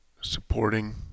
supporting